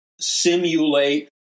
simulate